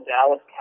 Dallas